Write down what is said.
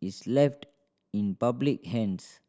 is left in public hands